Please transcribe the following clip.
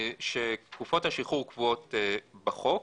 כשתקופות השחרור קבועות בחוק,